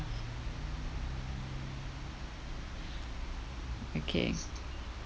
okay